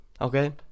Okay